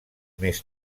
més